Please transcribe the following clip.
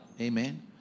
Amen